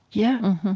yeah.